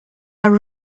are